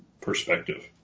perspective